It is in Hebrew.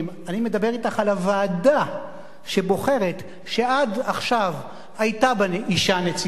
אני מדבר אתך על הוועדה שבוחרת שעד עכשיו היתה אשה נציגה,